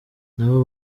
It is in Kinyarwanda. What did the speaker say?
nabo